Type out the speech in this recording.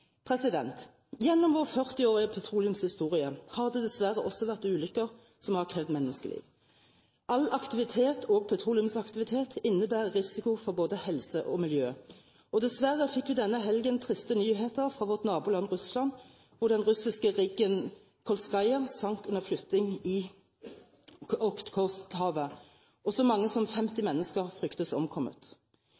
Gjennom vår 40-årige petroleumshistorie har det dessverre også vært ulykker som har krevd menneskeliv. All petroleumsaktivitet innebærer risiko både for helse og miljø, og dessverre fikk vi denne helgen triste nyheter fra vårt naboland Russland, hvor den russiske riggen «Kolskaja» sank under flytting i Okhotskhavet, og så mange som 50